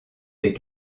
des